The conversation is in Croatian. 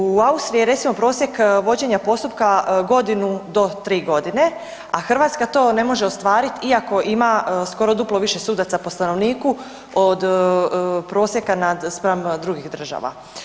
U Austriji je recimo prosjek vođenja postupka godinu do tri godine, a Hrvatska to ne može ostvariti iako ima skoro duplo više sudaca po stanovniku od prosjeka spram drugih država.